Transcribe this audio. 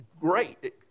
great